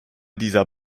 dieser